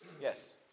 Yes